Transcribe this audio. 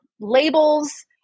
labels